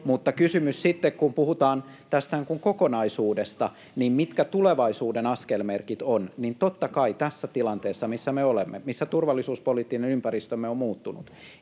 Mutta kysymyksessä sitten, kun puhutaan tästä kokonaisuudesta, mitkä tulevaisuuden askelmerkit ovat, niin totta kai tässä tilanteessa — missä me olemme, missä turvallisuuspoliittinen ympäristömme on muuttunut